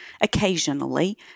occasionally